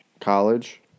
College